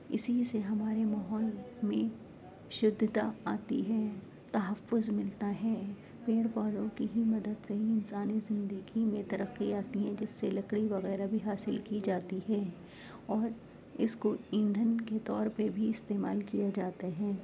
اسی سے ہمارے ماحول میں شدھتا آتی ہے تحفظ ملتا ہے پیڑ پودوں کی ہی مدد سے ہی انسانی زندگی میں ترقی آتی ہے جس سے لکڑی وغیرہ بھی حاصل کی جاتی ہے اور اس کو ایندھن کے طور پہ بھی استعمال کیا جاتا ہے